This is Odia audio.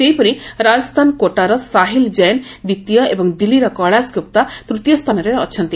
ସେହିପରି ରାଜସ୍ଥାନର କୋଟାର ସାହିଲ କ୍ଜେନ ଦ୍ୱିତୀୟ ଏବଂ ଦିଲ୍ଲୀର କେଳାଶ ଗୁପ୍ତା ତୃତୀୟ ସ୍ଥାନରେ ଅଛନ୍ତି